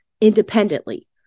independently